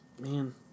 Man